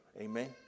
Amen